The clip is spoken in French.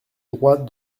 droit